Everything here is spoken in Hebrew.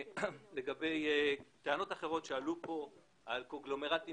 לגבי טענות אחרות שעלו פה על קונגלומרטים